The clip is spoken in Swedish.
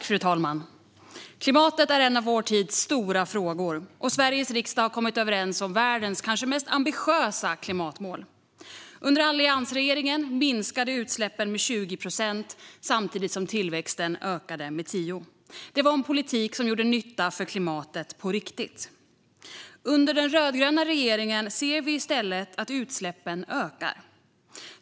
Fru talman! Klimatet är en av vår tids stora frågor, och Sveriges riksdag har kommit överens om världens kanske mest ambitiösa klimatmål. Under alliansregeringen minskade utsläppen med 20 procent, samtidigt som tillväxten ökade med 10 procent. Det var en politik som gjorde nytta för klimatet på riktigt. Under den rödgröna regeringen ser vi i stället att utsläppen ökar.